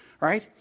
right